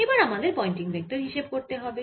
এবার আমাদের Poynting vector হিসেব করতে হবে